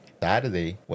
Saturday